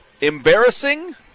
embarrassing